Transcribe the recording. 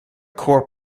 core